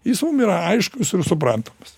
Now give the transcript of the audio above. jis mum yra aiškus ir suprantamas